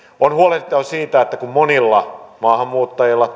on huolehdittava siitä kun monilla maahanmuuttajilla